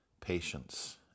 patience